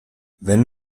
wenn